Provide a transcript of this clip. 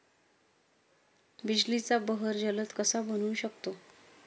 बिजलीचा बहर जलद कसा बनवू शकतो?